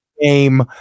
game